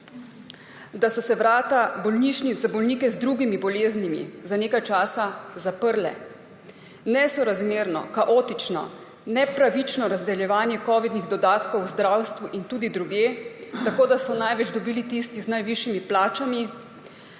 da so se vrata bolnišnic za bolnike z drugimi boleznimi za nekaj časa zaprle, nesorazmerno, kaotično, nepravično razdeljevanje covidnih dodatkov v zdravstvu in tudi drugod tako, da so največ dobili tisti z najvišjimi plačami,